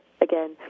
again